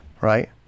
Right